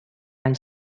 anys